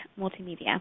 multimedia